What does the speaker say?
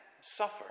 suffer